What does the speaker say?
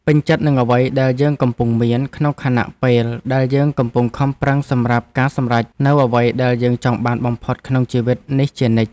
ពេញចិត្តនឹងអ្វីដែលយើងកំពុងមានក្នុងខណៈពេលដែលយើងកំពុងខំប្រឹងសម្រាប់ការសម្រេចនូវអ្វីដែលយើងចង់បានបំផុតក្នុងជីវិតនេះជានិច្ច។